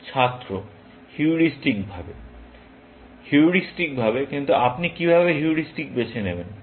ছাত্র হিউরিস্টিকভাবে হিউরিস্টিকভাবে কিন্তু আপনি কীভাবে হিউরিস্টিক বেছে নেবেন